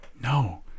No